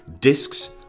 Discs